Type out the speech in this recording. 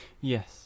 Yes